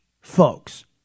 folks